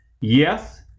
Yes